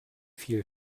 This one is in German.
viel